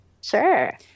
Sure